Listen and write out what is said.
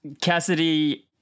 Cassidy